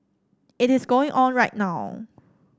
it is going on right now